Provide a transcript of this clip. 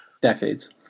Decades